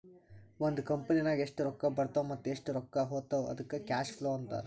ಒಂದ್ ಕಂಪನಿನಾಗ್ ಎಷ್ಟ್ ರೊಕ್ಕಾ ಬರ್ತಾವ್ ಮತ್ತ ಎಷ್ಟ್ ರೊಕ್ಕಾ ಹೊತ್ತಾವ್ ಅದ್ದುಕ್ ಕ್ಯಾಶ್ ಫ್ಲೋ ಅಂತಾರ್